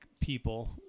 People